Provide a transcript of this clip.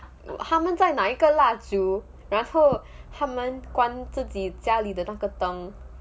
他们在拿一个蜡烛然后他们关自己家里的那个灯